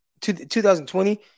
2020